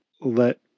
let